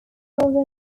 northern